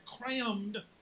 crammed